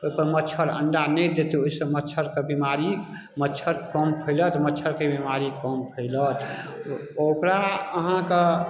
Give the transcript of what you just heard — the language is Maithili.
ओइपर मच्छर अण्डा नहि देतै ओइसँ मच्छरके बीमारी मच्छर कम फैलत मच्छरके बीमारी कम फैलत ओकरा अहाँके